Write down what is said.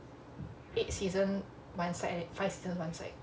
eight seasons one side and five seasons one side